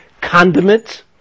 condiments